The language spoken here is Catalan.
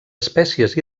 espècies